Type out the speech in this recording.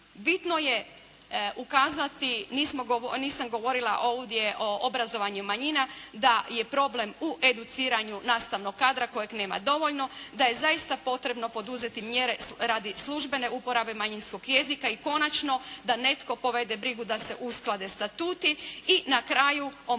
Bitno je ukazati, nisam govorila ovdje o obrazovanju manjina, da je problem u educiranju nastavnog kadra kojeg nema dovoljno, da je zaista potrebno poduzeti mjere radi službene uporabe manjinskog jezika i konačno da netko povede brigu da se usklade statuti i na kraju omogućiti